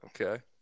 Okay